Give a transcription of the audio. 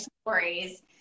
stories